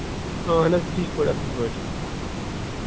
اَہَن حظ ٹھیٖک پٲٹھۍ اَصٕل پٲٹھۍ